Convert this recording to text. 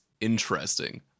interesting